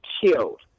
killed